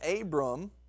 Abram